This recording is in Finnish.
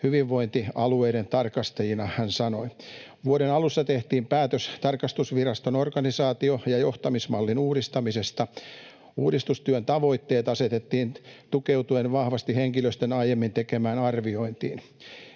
hyvinvointialueiden tarkastajina”, hän sanoi. Vuoden alussa tehtiin päätös tarkastusviraston organisaatio- ja johtamismallin uudistamisesta. Uudistustyön tavoitteet asetettiin tukeutuen vahvasti henkilöstön aiemmin tekemään arviointiin.